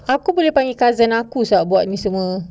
aku boleh panggil cousin aku buat ini semua